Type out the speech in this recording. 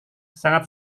sangat